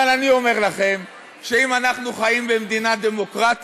אבל אני אומר לכם שאם אנחנו חיים במדינה דמוקרטית,